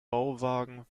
bauwagen